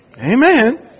Amen